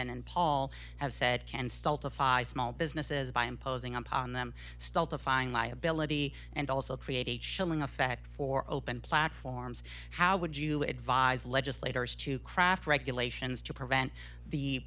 and paul have said can sell to five small businesses by imposing upon them stultifying liability and also create a chilling effect for open platforms how would you advise legislators to craft regulations to prevent